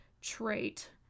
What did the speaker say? trait